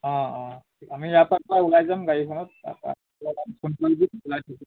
অঁ অঁ আমি ইয়াৰ পৰা ওলাই যাম গাড়ীখনত ফোন কৰি দিম ওলাই থাকিব